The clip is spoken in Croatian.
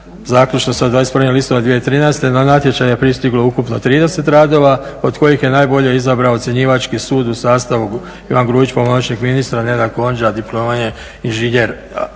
zaključno sa 21. listopada 2013. Na natječaj je pristiglo ukupno 30 radova, od kojih je najbolje izabrao ocjenjivački sud u sastavu Ivan Gruić, pomoćnik ministra, Nenad Gondža, diplomirani inženjer,